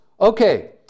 Okay